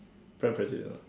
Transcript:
Pride and Prejudice ah